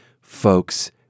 folks